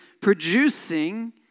producing